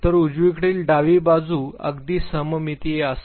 तर उजवीकडील डावी बाजू अगदी सममितीय असेल